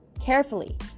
carefully